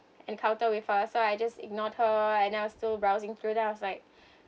encounter with her so I just ignored her I now still browsing through then I was like